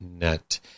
net